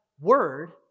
word